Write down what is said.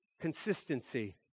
consistency